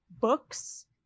books